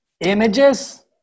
images